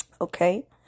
okay